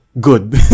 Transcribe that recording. good